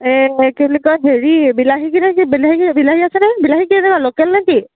এই কি বুলি কয় হেৰি বিলাহীখিনি কি বিলা বিলাহী আছেনে বিলাহী কেনেকুৱা লোকেল নে কি